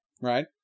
Right